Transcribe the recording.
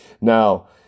Now